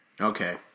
Okay